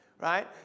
right